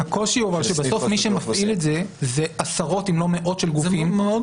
ראש מינהל טכנולוגיות ומידע במרכז השלטון המקומי.